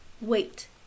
Wait